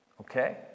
okay